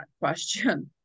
question